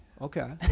okay